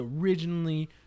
originally